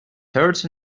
hurts